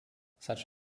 such